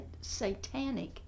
satanic